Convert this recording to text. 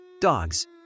dogs